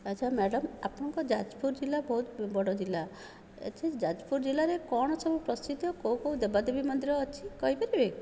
ଆଚ୍ଛା ମ୍ୟାଡ଼ାମ ଆପଣଙ୍କ ଯାଜପୁର ଜିଲ୍ଲା ବହୁତ ବଡ଼ ଜିଲ୍ଲା ଆଚ୍ଛା ଯାଜପୁର ଜିଲ୍ଲାରେ କ'ଣ ସବୁ ପ୍ରସିଦ୍ଧ କେଉଁ କେଉଁ ଦେବାଦେବୀ ମନ୍ଦିର ଅଛି କହିପାରିବେ